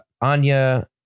Anya